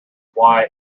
why